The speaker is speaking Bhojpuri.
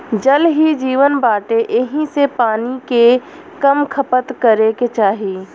जल ही जीवन बाटे एही से पानी के कम खपत करे के चाही